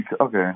Okay